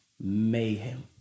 Mayhem